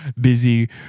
busy